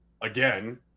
again